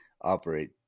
operate